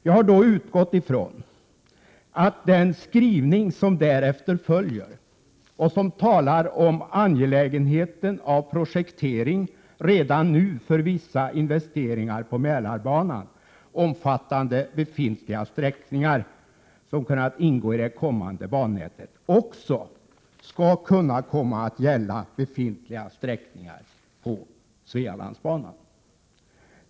Jag har då utgått från att den skrivning som därefter följer och som talar om angelägenheten av projektering redan nu för vissa investeringar på Mälarbanan, omfattande befintliga sträckningar som kunnat ingå i det kommande bannätet också skall kunna komma att gälla befintliga sträckningar på Svealandsbanan.